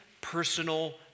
personal